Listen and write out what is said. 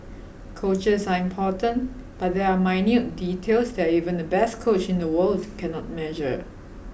coaches are important but there are minute details that even the best coach in the world cannot measure